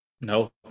No